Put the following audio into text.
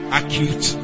acute